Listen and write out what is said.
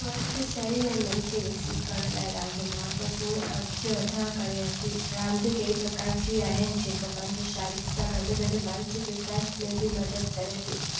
स्वस्थ शरीर ऐं मन खे विक्सित करण लाइ रांधि जो महत्तवपूण अर्ज़ु अदा करे थी रांधि कई प्रकार जी आहिनि जेका पंहिंजे शारीक सां गॾ गॾ मानसिक विकास में बि मदद करे थी